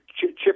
chip